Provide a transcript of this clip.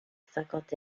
cinquante